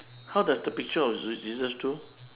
how does the picture of jesus do